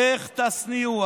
איך תשניאו?